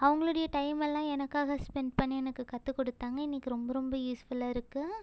அவங்களுடைய டைம் எல்லாம் எனக்காக ஸ்பெண்ட் பண்ணி எனக்கு கற்றுக்குடுத்தாங்க இன்றைக்கி ரொம்ப ரொம்ப யூஸ்ஃபுல்லாக இருக்குது